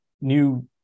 new